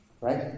Right